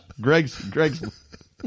Greg's